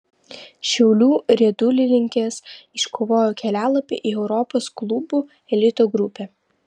šiaulių riedulininkės iškovojo kelialapį į europos klubų elito grupę